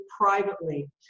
privately